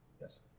Yes